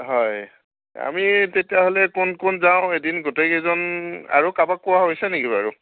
হয় আমি তেতিয়াহ'লে কোন কোন যাওঁ এদিন গোটেইকেইজন আৰু কাৰবাক কোৱা হৈছে নেকি বাৰু